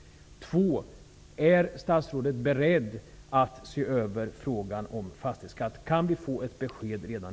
2. Är statsrådet beredd att se över frågan om fastighetsskatten?